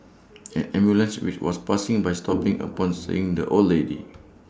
an ambulance which was passing by stopped upon seeing the old lady